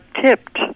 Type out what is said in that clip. tipped